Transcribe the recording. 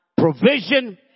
provision